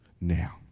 Now